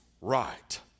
right